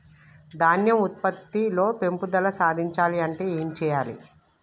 ధాన్యం ఉత్పత్తి లో పెంపుదల సాధించాలి అంటే ఏం చెయ్యాలి?